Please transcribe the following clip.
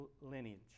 lineage